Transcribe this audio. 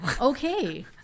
Okay